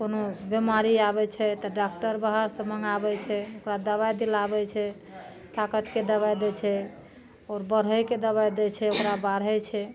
कोनो बिमारी आबै छै तऽ डाक्टर बहार सऽ मङ्गाबै छै ओकरा दबाइ दिलाबै छै ताकतके दबाइ दै छै आओर बढ़ैके दबाइ दै छै ओकरा बढ़ै छै